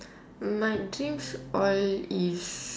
my dreams all is